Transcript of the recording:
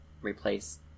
replace